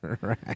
Right